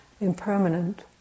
impermanent